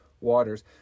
waters